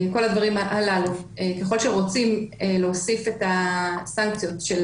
ככל שרוצים להוסיף את הסנקציות של